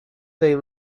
they